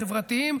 החברתיים,